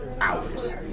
hours